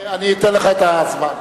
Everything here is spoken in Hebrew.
אני אתן לך את הזמן.